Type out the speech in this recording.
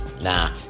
nah